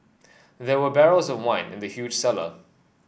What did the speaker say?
there were barrels of wine in the huge cellar